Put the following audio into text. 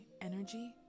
energy